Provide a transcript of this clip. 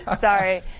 Sorry